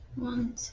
One